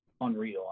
unreal